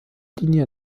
linie